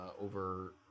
over